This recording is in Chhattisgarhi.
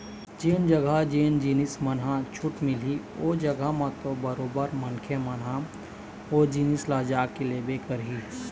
जेन जघा जेन जिनिस मन ह छूट मिलही ओ जघा म तो बरोबर मनखे मन ह ओ जिनिस ल जाके लेबे करही